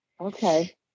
Okay